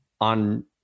on